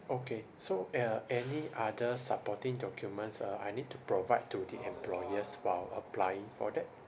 okay so uh any other supporting documents uh I need to provide to the employers while applying for that